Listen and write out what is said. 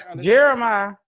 Jeremiah